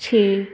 ਛੇ